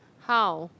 how